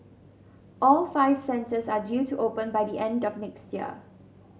all five centres are due to open by the end of next year